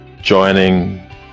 joining